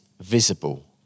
visible